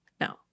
No